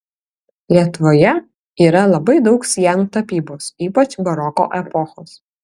lietuvoje yra labai daug sienų tapybos ypač baroko epochos